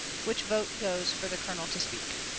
which vote goes fur the colonel to speak.